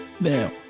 Now